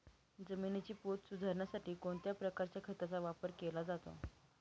जमिनीचा पोत सुधारण्यासाठी कोणत्या प्रकारच्या खताचा वापर केला जातो?